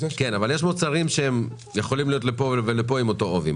--- יש מוצרים שיכולים להיות בשתי הרובריקות והם באותו עובי,